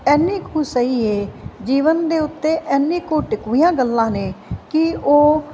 ਇੰਨੀ ਕੁ ਸਹੀ ਹੈ ਜੀਵਨ ਦੇ ਉੱਤੇ ਇੰਨੀ ਕੁ ਢੁੱਕਵੀਆਂ ਗੱਲਾਂ ਨੇ ਕਿ ਉਹ